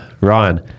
Ryan